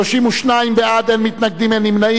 32 בעד, אין מתנגדים, אין נמנעים.